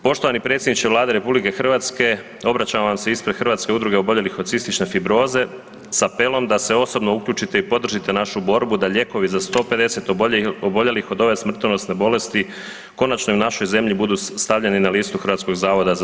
Poštovani predsjedniče Vlade RH obraćamo vam se ispred Hrvatske udruge oboljelih od cistične fibroze s apelom da se osobno uključite i podržite našu borbu da lijekovi za 150 oboljelih od ove smrtonosne bolesti konačno i u našoj zemlji budu stavljeni na listu HZZO-a.